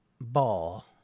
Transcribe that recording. ball